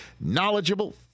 knowledgeable